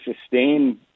sustain